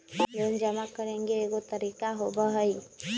Loan जमा करेंगे एगो तारीक होबहई?